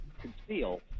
conceal